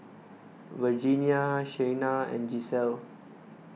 Virginia Shaina and Gisselle